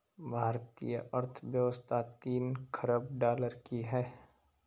भारतीय अर्थव्यवस्था तीन ख़रब डॉलर की है